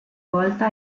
volta